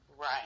Right